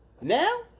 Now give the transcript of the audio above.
Now